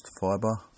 fiber